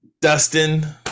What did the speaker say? Dustin